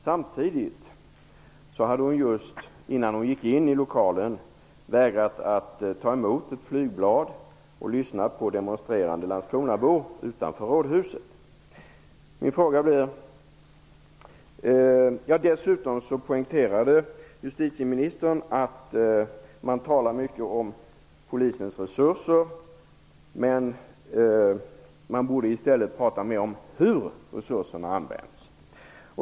Samtidigt hade hon just innan hon gick in i lokalen vägrat att ta emot ett flygblad och lyssna på demonstrerande landskronabor utanför rådhuset. Dessutom poängterade justitieministern att man talar mycket om Polisens resurser men i stället borde man prata mer om hur resurserna används.